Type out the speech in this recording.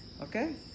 Okay